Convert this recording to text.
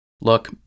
Look